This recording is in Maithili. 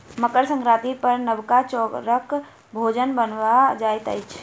मकर संक्रांति पर नबका चौरक भोजन बनायल जाइत अछि